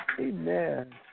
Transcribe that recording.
Amen